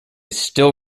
still